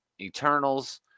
Eternals